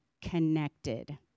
connected